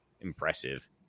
Impressive